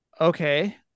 okay